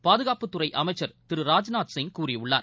பாதுகாப்புத்துறை அமைச்சர் திரு ராஜ்நாத் சிங் கூறியுள்ளார்